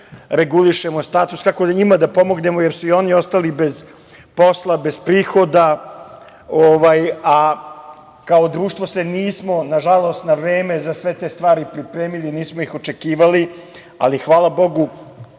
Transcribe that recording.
regulišemo status, kako njima da pomognemo, jer su i oni ostali bez posla, bez prihoda, a kao društvo se nismo, nažalost, na vreme za sve te stvari pripremili, nismo ih očekivali, ali hvala Bogu,